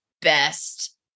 best